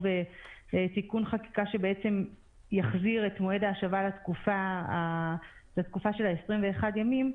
תיקון חקיקה שיחזיר את מועד ההשבה לתקופה של 21 ימים,